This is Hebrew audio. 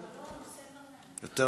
לא, נושא יותר מעניין.